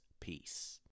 Peace